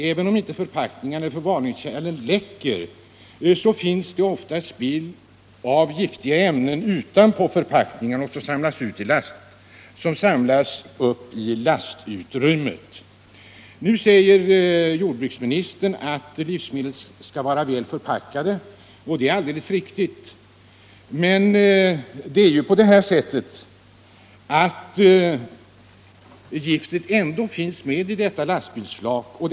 Även om inte förpackningarna eller förvaringskärlen läcker, finns det ofta spill av giftiga ämnen utanpå förpackningarna, vilket samlas upp i lastutrymmet. Nu säger jordbruksministern att livsmedel skall vara väl förpackade. Det är alldeles riktigt. Men det är ju på det sättet att giftet ändå finns med på lastbilsflaket.